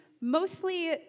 mostly